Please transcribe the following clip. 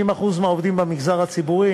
העבודה,